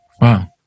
Wow